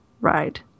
ride